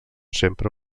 sempre